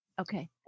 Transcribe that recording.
Okay